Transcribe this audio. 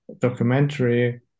documentary